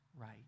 right